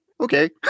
okay